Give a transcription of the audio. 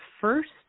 first